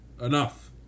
Enough